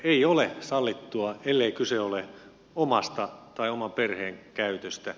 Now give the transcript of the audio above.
ei ole sallittua ellei kyse ole omasta tai oman perheen käytöstä